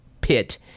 pit